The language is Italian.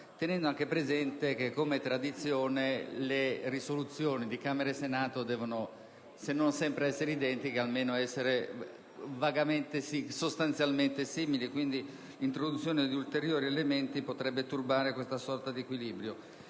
tenendo anche presente che, come tradizione, le risoluzioni di Camera e Senato devono essere, se non proprio identiche, almeno sostanzialmente simili e quindi l'introduzione di ulteriori elementi potrebbe turbare questa sorta di equilibrio.